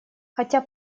хотя